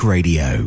Radio